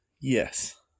yes